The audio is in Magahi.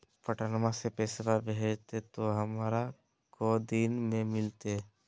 पटनमा से पैसबा भेजते तो हमारा को दिन मे मिलते?